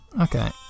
Okay